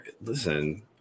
listen